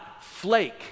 flake